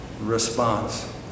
response